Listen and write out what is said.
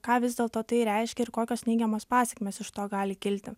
ką vis dėlto tai reiškia ir kokios neigiamos pasekmės iš to gali kilti